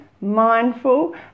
mindful